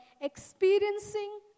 Experiencing